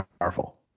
powerful